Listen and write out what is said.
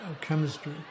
chemistry